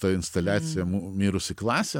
ta instaliacija mirusi klasė